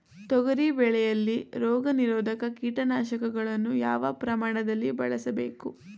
ತೊಗರಿ ಬೆಳೆಯಲ್ಲಿ ರೋಗನಿರೋಧ ಕೀಟನಾಶಕಗಳನ್ನು ಯಾವ ಪ್ರಮಾಣದಲ್ಲಿ ಬಳಸಬೇಕು?